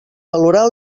valorar